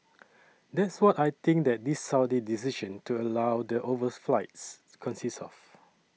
that's what I think that this Saudi decision to allow the overflights consists of